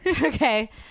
Okay